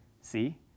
see